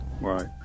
Right